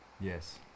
Yes